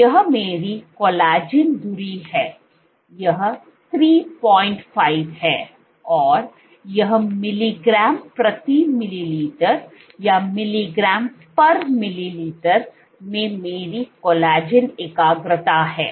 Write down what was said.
तो यह मेरी कोलेजन धुरी है यह 35 है और यह मिलीग्राम प्रति मिलीलीटर में मेरी कोलेजन एकाग्रता है